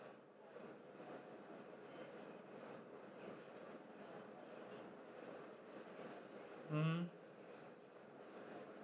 mmhmm